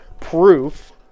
proof